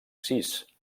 sis